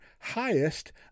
highest